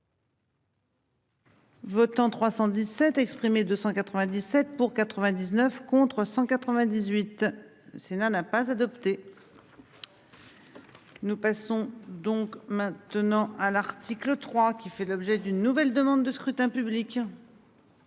Votants 317 exprimés, 297 pour 99 contre 198. N'a, n'a pas adopté.-- Nous passons donc maintenant à l'article 3 qui fait l'objet d'une nouvelle demande de scrutin public.--